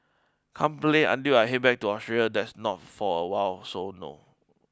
can't play until I head back to Australia that's not for awhile so no